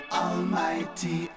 almighty